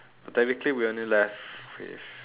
technically we only left with